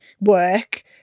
work